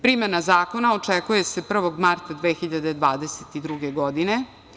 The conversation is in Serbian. Primena zakona očekuje se 1. marta 2022. godine.